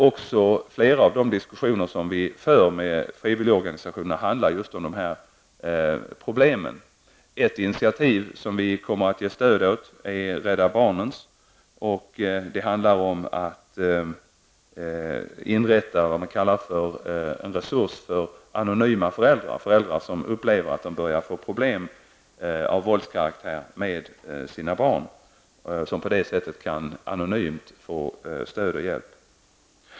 Också flera av våra diskussioner med frivilligorganisationerna handlar om dessa problem. Vi kommer att ge stöd åt Rädda barnens initiativ att inrätta vad man kallar en resurs för anonyma föräldrar. Det gäller föräldrar som upplever att de börjar att få problem av våldskaraktär med sina barn och som i detta projekt kan anonymt få stöd och hjälp.